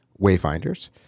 Wayfinders